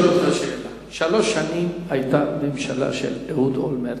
אני שואל אותך שאלה ברצינות: שלוש שנים היתה ממשלה של אהוד אולמרט,